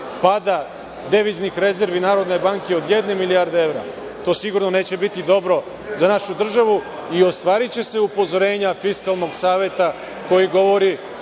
pada deviznih rezervi Narodne banke od jedne milijarde evra, to sigurno neće biti dobro za našu državu i ostvariće se upozorenja Fiskalnog saveta koji govori